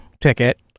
ticket